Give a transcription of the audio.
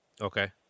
Okay